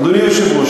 אדוני היושב-ראש,